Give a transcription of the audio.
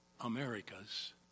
Americas